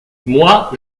moi